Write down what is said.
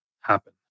happen